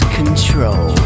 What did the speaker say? control